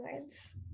words